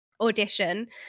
audition